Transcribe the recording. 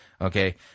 okay